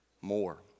more